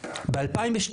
ב-2012,